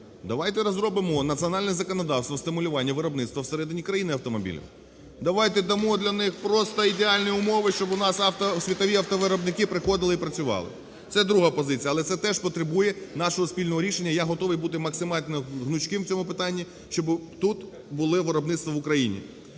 давайте розробимо національне законодавство стимулювання виробництва всередині країни автомобілів, давайте дамо для них просто ідеальні умови, щоб у нас світові автовиробники приходили і працювали. Це друга позиція. Але це теж потребує нашого спільного рішення. Я готовий бути максимально гнучким у цьому питанні, щоб тут були виробництва, в Україні.